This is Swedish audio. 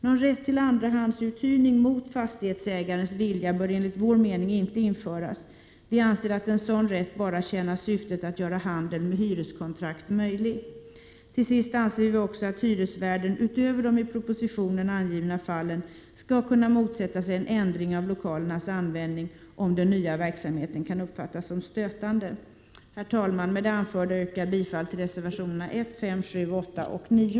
Någon rätt till andrahandsuthyrning mot fastighetsägarens vilja bör enligt vår mening inte införas. Vi anser att en sådan rätt bara tjänar syftet att göra handel med hyreskontrakt möjlig. Till sist anser vi också att hyresvärden utöver de i propositionen angivna fallen skall kunna motsätta sig en ändring av lokalernas användning, om den nya verksamheten kan uppfattas som stötande. Herr talman! Med det anförda yrkar jag bifall till reservationerna 1, 5, 7,8 och 9.